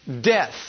death